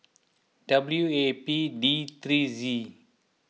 W A P D three Z